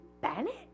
Bennett